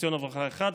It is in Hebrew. ניסיון הברחה אחד,